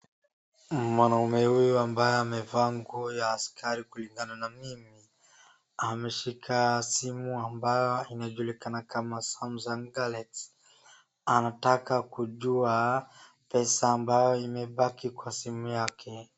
Mwanaume huyu ambaye amevaa nguo ya askari kulingana na mimi ameshika simu ambayo inajulikana kama Samsung Galaxy anataka kujua pesa ambayo imebaki kwa simu yake.